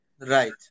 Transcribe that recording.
Right